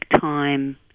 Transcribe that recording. time